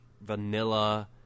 vanilla